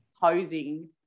posing